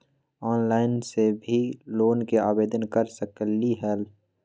Online से भी loan के आवेदन कर सकलीहल?